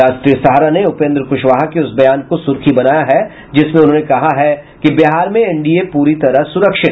राष्ट्रीय सहारा ने उपेन्द्र कुशवाहा के उस बयान को सुर्खी बनाया है जिसमें उन्होंने कहा है कि बिहार में एनडीए पूरी तरह सुरक्षित